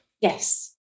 Yes